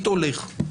הולך,